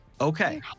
Okay